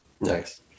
Nice